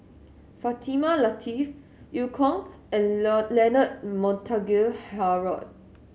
Fatimah Lateef Eu Kong and Leonard Montague Harrod